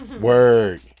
Word